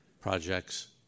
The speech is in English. projects